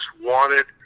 wanted